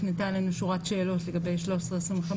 הפנתה אלינו שורת שאלות לגבי 1325,